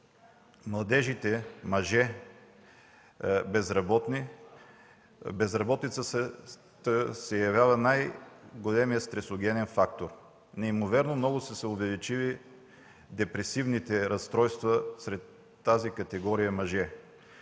младежите – мъже безработни, безработицата се явява най-големият стресогенен фактор. Неимоверно много са се увеличили депресивните разстройства сред тази категория мъже.